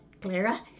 Clara